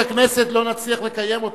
לא, אני לא באופוזיציה.